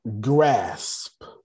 grasp